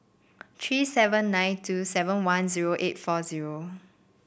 three seven nine two seven one zero eight four zero